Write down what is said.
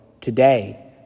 today